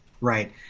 right